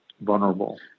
vulnerable